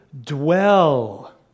dwell